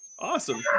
awesome